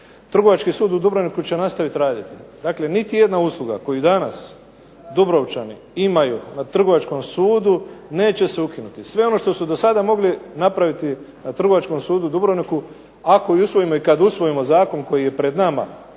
Trgovački sud u Dubrovniku će nastaviti raditi. Dakle niti jedna usluga koju danas dubrovčani imaju na trgovačkom sudu neće se ukinuti. Sve ono što su do sada mogli napraviti na Trgovačkom sudu u Dubrovniku ako i usvojimo i kada usvojimo zakon koji je pred nama